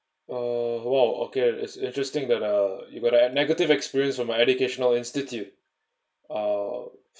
uh !wow! okay it's interesting that uh you got a negative experience with my educational institute uh